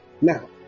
now